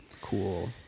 cool